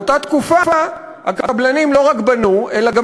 באותה תקופה הקבלנים לא רק בנו אלא גם